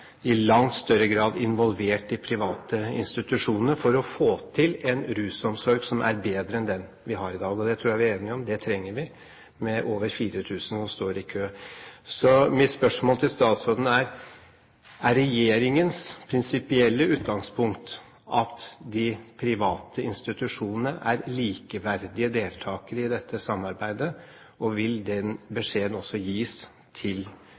i langt større grad involvert de private institusjonene for å få til en rusomsorg som er bedre enn den vi har i dag. Det tror jeg vi er enige om; det trenger vi med over 4 000 som står i kø. Mitt spørsmål til statsråden er: Er regjeringens prinsipielle utgangspunkt at de private institusjonene er likeverdige deltakere i dette samarbeidet, og vil den beskjeden også gis til